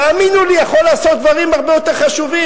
תאמינו לי שהוא יכול לעשות דברים הרבה יותר חשובים.